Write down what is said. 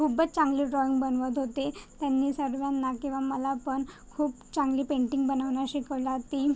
खूपच चांगले ड्रॉईंग बनवत होते त्यांनी सर्वांना किंवा मला पण खूप चांगली पेंटिंग बनवणं शिकवलं ती